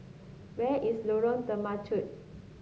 where is Lorong Temechut